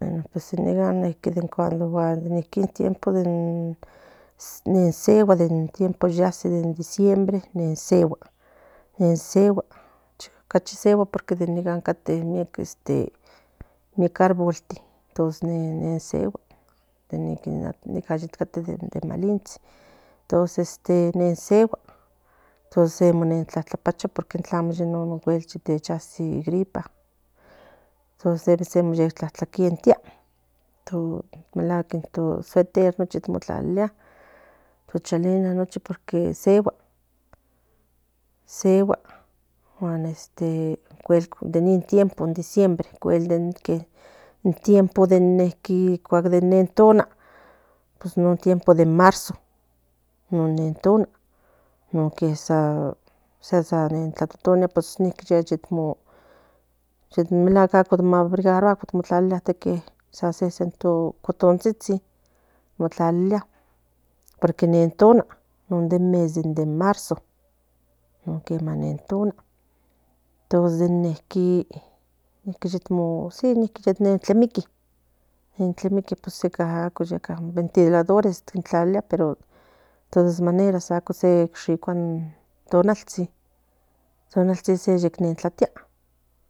Bueno nican guan non tiempo de nesegua ye segura in diciembre cachi segura nic ocate miek árbol nica cate in alintsin nen segua entonces se tlapacachua icatsi in gripa tlacatentlia melaguack in ca no suéter no chalina ne segua guan cuel ni tiempo de diciembre de nen tona en marzo tlatlatotonia melacuatl o abrigarua sequi no cotón motlalilia non me de marzo non quema nen tona tos de niqui ne tlemiqui pues yeka ajo ventiladores pero de todas maneras ako shikua in tonaltsin tonaltsin me tlatia